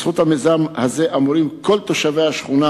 בזכות המיזם הזה אמורים כלל תושבי השכונה